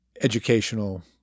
educational